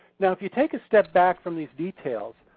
now if you take a step back from these details,